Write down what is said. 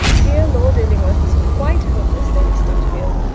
dear lord illingworth is quite hopeless, lady stutfield.